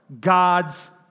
God's